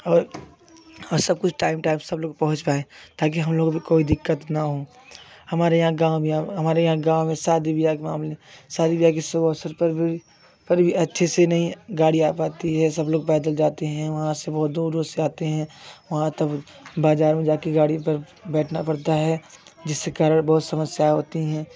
और सब कुछ टाइम टाइप सब लोग पहुँच पाए ताकि हम लोग भी कोई दिक्कत ना हो हमारे यहाँ गाँव में हमारे यहाँ गाँव में शादी विवाह के मामले शादी विवाह की शुभ अवसर पर भी अच्छे से नहीं गाड़ी आ पाती है सब लोग पैदल जाते हैं वहाँ से बहुत दूर से आते हैं वहाँ तक बाजार में जाके गाड़ी पर बैठना पड़ता है जिस कारण बहुत समस्या होती हैं